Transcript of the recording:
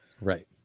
Right